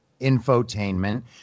infotainment